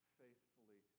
faithfully